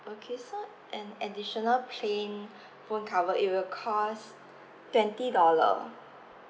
okay so an additional plain phone cover it will cost twenty dollar